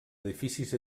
edificis